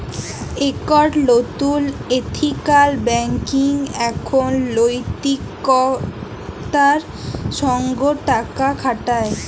একট লতুল ethical banking এখন লৈতিকতার সঙ্গ টাকা খাটায়